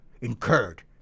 incurred